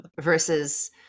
versus